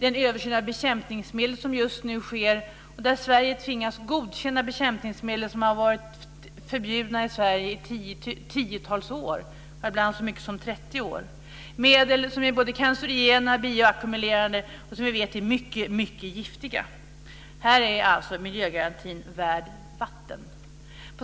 den översyn av bekämpningsmedel som just nu sker, och där Sverige tvingas godkänna bekämpningsmedel som har varit förbjudna i Sverige under tiotals år och ibland så länge som 30 år. Det är medel som är både cancerogena och bioackumulerande och som vi vet är mycket giftiga. Här är alltså miljögarantin inte vatten värd.